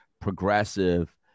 progressive